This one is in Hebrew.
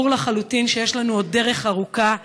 ברור לחלוטין שיש לנו עוד דרך ארוכה,